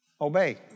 Obey